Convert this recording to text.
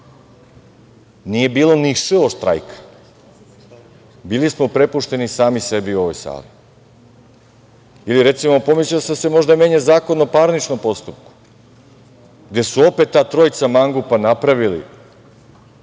Nije bilo ni „š“ od štrajka. Bili smo prepušteni sami sebi u ovoj sali. Ili, recimo, pomislio sam se možda menja Zakon o parničnom postupku, gde su opet ta trojica mangupa napravili